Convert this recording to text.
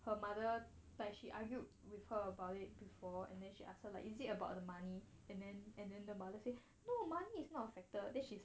her mother but she argued with her about it before and then she ask her like is it about the money and then and then the mother say no money is not a factor then she